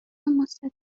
مستطیل